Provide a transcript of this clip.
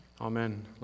Amen